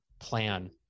plan